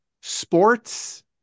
Sports